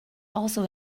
also